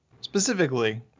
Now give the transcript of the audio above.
specifically